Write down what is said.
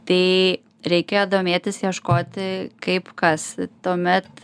tai reikia domėtis ieškoti kaip kas tuomet